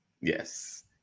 yes